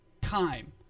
time